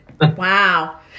Wow